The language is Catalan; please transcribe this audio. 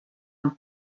amb